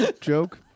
joke